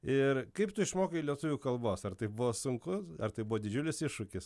ir kaip tu išmokai lietuvių kalbos ar tai buvo sunku ar tai buvo didžiulis iššūkis